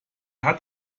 hat